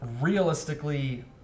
realistically